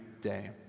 day